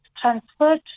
transferred